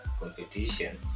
competition